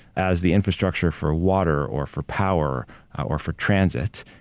as the infrastructure for water or for power or for transit,